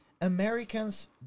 Americans